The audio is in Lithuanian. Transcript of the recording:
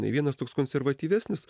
vienas toks konservatyvesnis